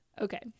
okay